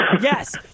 Yes